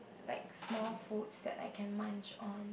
like small food so that I can munch on